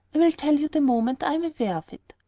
i will tell you the moment i am aware of it.